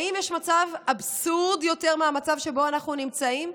האם יש מצב אבסורדי יותר מהמצב שבו אנחנו נמצאים?